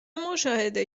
مشاهده